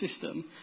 system